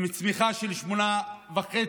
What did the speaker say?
עם צמיחה של 8.5%,